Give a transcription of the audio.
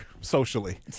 socially